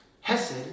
Hesed